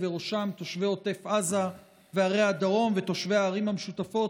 ובראשם תושבי עוטף עזה וערי הדרום ותושבי הערים המשותפות,